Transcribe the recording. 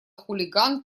хулиган